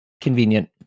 convenient